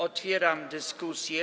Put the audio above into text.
Otwieram dyskusję.